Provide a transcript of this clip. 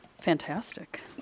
fantastic